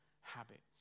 habits